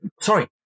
sorry